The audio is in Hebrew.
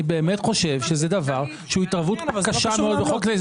אני באמת חושב שזה דבר שהוא התערבות קשה מאוד בחוק.